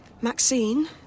Maxine